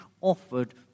offered